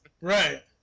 Right